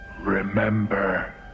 Remember